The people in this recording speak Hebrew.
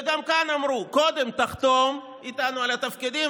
וגם כאן אמרו: קודם תחתום איתנו על התפקידים,